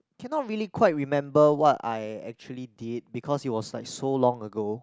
cannot really quite remember what I actually did because it was like so long ago